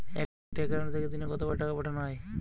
একটি একাউন্ট থেকে দিনে কতবার টাকা পাঠানো য়ায়?